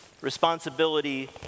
responsibility